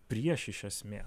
prieš iš esmės